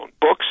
books